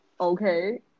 Okay